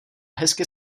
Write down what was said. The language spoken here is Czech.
hezky